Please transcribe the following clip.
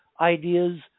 ideas